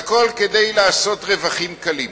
והכול כדי לעשות רווחים קלים.